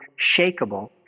shakable